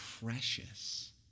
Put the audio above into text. precious